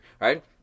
right